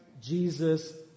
jesus